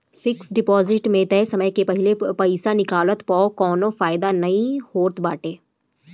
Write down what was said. fix deposit में तय समय के पहिले पईसा निकलला पअ कवनो फायदा नाइ होत बाटे